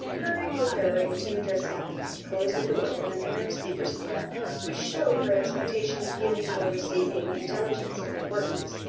hurried with her into the dressing-room, and closed the door with an air of secrecy which showed her expectation of giving or receiving intelligence of importance,